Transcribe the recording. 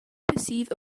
perceive